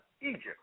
Egypt